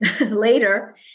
later